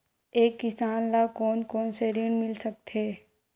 एक किसान ल कोन कोन से ऋण मिल सकथे?